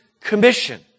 Commission